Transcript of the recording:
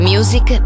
Music